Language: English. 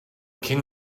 can